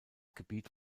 gebiet